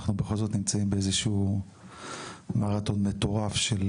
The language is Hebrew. אנחנו בכל זאת נמצאים במרתון מטורף של